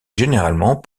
généralement